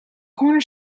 corner